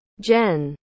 Jen